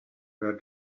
her